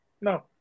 No